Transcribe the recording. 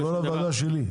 זה לא לוועדה שלי.